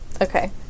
Okay